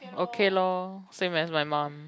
okay loh same as my mum